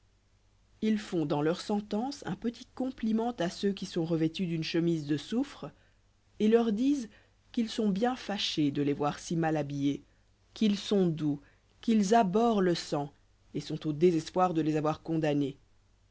ils font dans leur sentence un petit compliment à ceux qui sont revêtus d'une chemise de soufre et leur disent qu'ils sont bien fâchés de les voir si mal habillés qu'ils sont doux qu'ils abhorrent le sang et sont au désespoir de les avoir condamnés